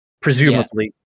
presumably